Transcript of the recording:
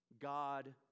God